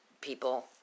people